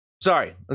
Sorry